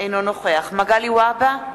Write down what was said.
אינו נוכח מגלי והבה,